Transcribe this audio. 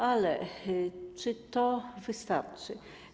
Ale czy to wystarczy?